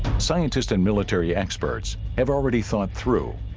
scientists and military experts have already thought through.